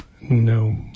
No